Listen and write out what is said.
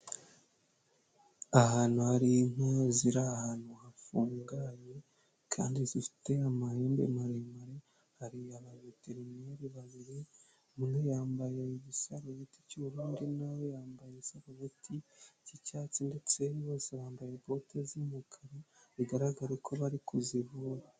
Ahantu hari inka ziri ahantu hafunganye kandi zifite amahembe maremare. Hari aba veterineri babiri umwe yambaye igisarubeti cy'ubururu undi nawe yambaye igisarubeti k'icyatsi ndetse bose bambaye bote z'umukara bigaragara ko bari kuzivura.